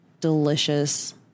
Delicious